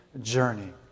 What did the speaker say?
journey